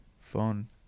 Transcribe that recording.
phone